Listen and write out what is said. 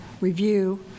review